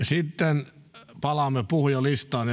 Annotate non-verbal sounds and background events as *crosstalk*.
*unintelligible* sitten palaamme puhujalistaan *unintelligible*